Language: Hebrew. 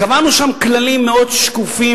קבענו שם כללים מאוד שקופים,